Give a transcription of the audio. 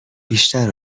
بیشتر